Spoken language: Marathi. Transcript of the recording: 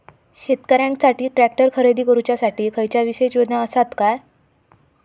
शेतकऱ्यांकसाठी ट्रॅक्टर खरेदी करुच्या साठी खयच्या विशेष योजना असात काय?